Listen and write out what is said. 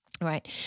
Right